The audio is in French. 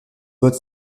vote